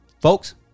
folks